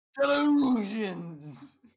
Delusions